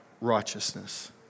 righteousness